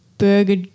Burger